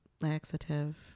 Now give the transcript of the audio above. laxative